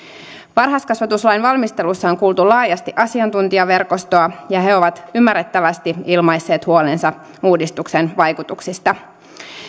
varhaiskasvatuslain valmistelussa on kuultu laajasti asiantuntijaverkostoa ja he ovat ymmärrettävästi ilmaisseet huolensa uudistuksen vaikutuksista